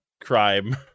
crime